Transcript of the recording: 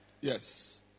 Yes